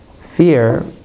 Fear